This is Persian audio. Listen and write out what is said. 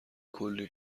کلی